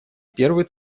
первый